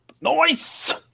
Nice